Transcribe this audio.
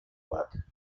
work